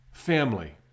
family